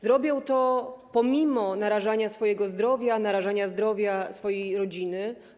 Zrobią to pomimo narażania swojego zdrowia, narażania zdrowia swojej rodziny.